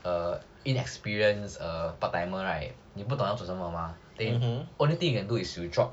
err inexperienced err part timer right 你不懂要做什么 mah only thing you can do is you drop